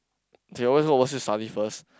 they always go overseas study first